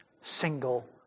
single